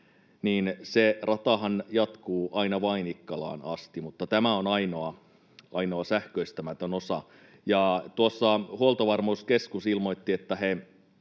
euroa, jatkuu aina Vainikkalaan asti, mutta tämä on ainoa sähköistämätön osa. Huoltovarmuuskeskus ilmoitti,